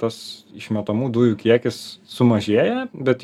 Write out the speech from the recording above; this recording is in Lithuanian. tas išmetamų dujų kiekis sumažėja bet